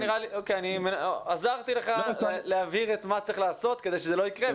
אני עזרתי לך להבהיר את שמה צריך לעשות כדי שזה לא יקרה,